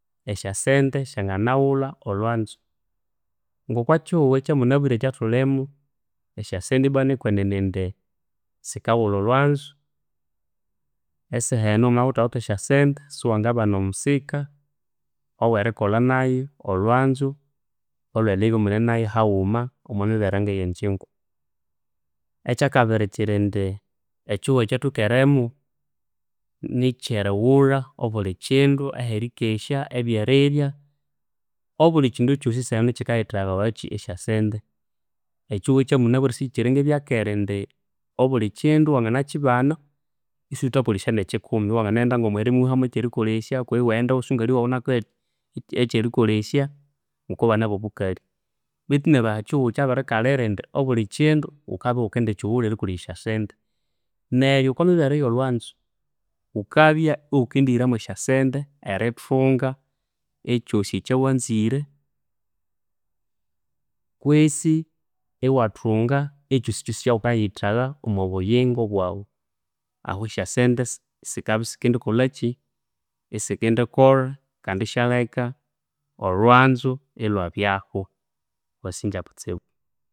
Esyasente syanginaghulha olhwanzu. Nghokwakyihugho ekyamunabwire ekyathulimu, esyasente ibwa nikwene indi sikaghulha olhwanzu. Esaha enu wamabya ghuthawithe esyasente siwangabana omusika owerikolha nayu olhwanzu olhweribya imuninayu haghuma omwamibere ngeyenjingu. Ekyabiri kyiri indi ekyihugho ekyathwikeremu nikyerighulha obulikyindu, aherikesya, ebyerirya, obulikyindu kyosi esaha enu kyikayithagha kyi, esyasente. Ekyihugho ekyamunabwire sikyikyiri ngebyakera indi obulikyindu wanginakyibana isighuthakolesya nekyikumi. Iwanginaghenda omwirima iwihamu ekyerikolesya kwihi iwaghenda iwasungali waghu inakuha ekyerikolesya ngokwabana abobukali, betu neryo aha kyihugho kyabirikalira indi obuli kyindu ghukabya ighukendikyighulha erikolesya esyasente. Neryo okwamibere eyolhwanzu, ghukabya ighukendihiramu esyasente erithunga ekyosi ekyawanzire, kwisi iwathunga ekyosikyosi ekyaghukayithagha omwabuyingo bwaghu. Ahu esyasente sikabya isikendikolha kyi isikendikolha kandi isyaleka olhwanzu ilhwabyaghu. Wasinja kutsibu.